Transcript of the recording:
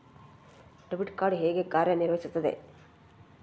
Debit card ಹೇಗೆ ಕಾರ್ಯನಿರ್ವಹಿಸುತ್ತದೆ?